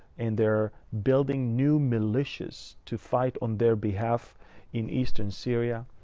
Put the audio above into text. and they're building new militias to fight on their behalf in eastern syria.